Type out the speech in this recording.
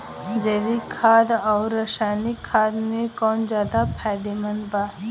जैविक खाद आउर रसायनिक खाद मे कौन ज्यादा फायदेमंद बा?